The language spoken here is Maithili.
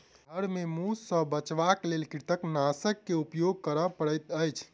घर में मूस सॅ बचावक लेल कृंतकनाशक के उपयोग करअ पड़ैत अछि